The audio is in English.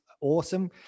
awesome